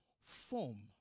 form